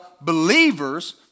believers